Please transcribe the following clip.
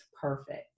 perfect